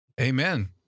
Amen